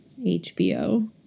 HBO